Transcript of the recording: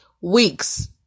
weeks